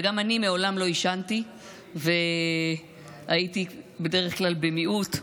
וגם אני מעולם לא עישנתי והייתי בדרך כלל במיעוט.